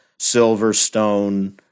Silverstone